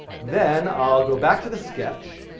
then, i'll go back to the sketch,